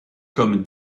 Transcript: comme